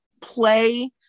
play